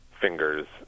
fingers